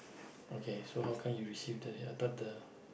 okay so how come you receive I thought the